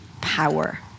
power